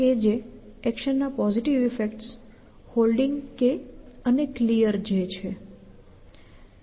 UnstackKJ એક્શનના positive effects Holding અને Clear છે